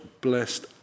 blessed